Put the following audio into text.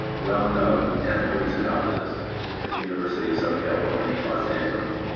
ah well-known ethnomusicologist at the university of southern california in los angeles.